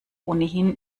ohnehin